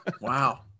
Wow